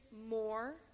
more